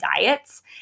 diets